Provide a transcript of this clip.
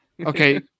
Okay